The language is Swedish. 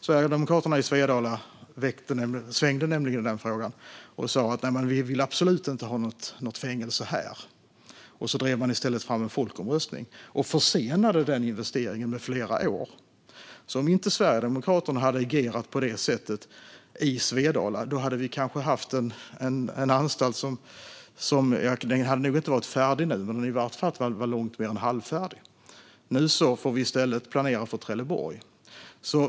Sverigedemokraterna i Svedala svängde nämligen i den frågan och sa att de absolut inte ville ha något fängelse där. I stället drev de fram en folkomröstning och försenade investeringen med flera år. Om Sverigedemokraterna inte hade agerat på det sättet i Svedala hade vi kanske haft en anstalt som nog inte varit färdig nu men i varje fall hade varit långt mer än halvfärdig. Nu får vi i stället planera för Trelleborg.